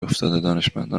افتاده؟ دانشمندان